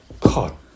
God